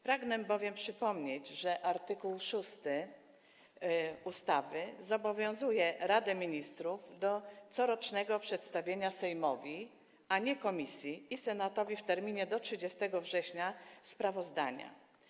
Pragnę bowiem przypomnieć, że art. 6 ustawy zobowiązuje Radę Ministrów do corocznego przedstawienia Sejmowi, a nie komisji, i Senatowi w terminie do 30 września sprawozdania.